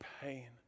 pain